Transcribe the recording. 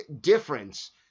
difference